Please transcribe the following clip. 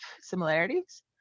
similarities